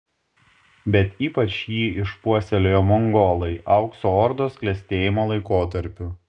bet ypač jį išpuoselėjo mongolai aukso ordos klestėjimo laikotarpiu